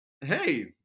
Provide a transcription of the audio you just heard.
hey